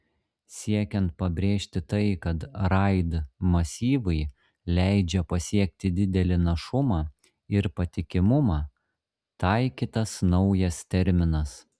siekiant pabrėžti tai kad raid masyvai leidžia pasiekti didelį našumą ir patikimumą taikytas naujas terminas